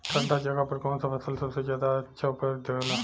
ठंढा जगह पर कौन सा फसल सबसे ज्यादा अच्छा उपज देवेला?